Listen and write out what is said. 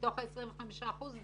שמתוך ה-25 אחוזים,